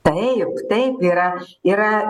taip taip yra yra